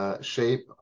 Shape